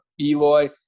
Eloy